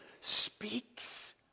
speaks